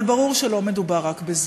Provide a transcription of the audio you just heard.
אבל ברור שלא מדובר רק בזה.